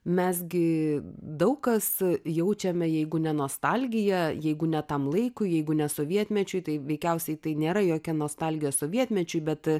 mes gi daug kas jaučiame jeigu ne nostalgiją jeigu ne tam laikui jeigu ne sovietmečiui tai veikiausiai tai nėra jokia nostalgija sovietmečiui bet